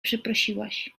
przeprosiłaś